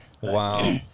wow